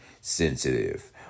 sensitive